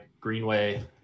Greenway